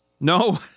no